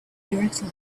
directly